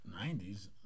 90s